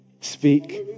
Speak